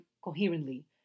coherently